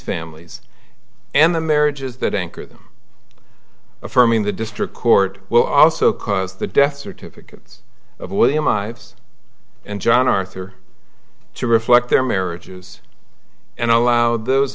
families and the marriages that anchor them affirming the district court will also cause the death certificate of william ives and john arthur to reflect their marriages and allow those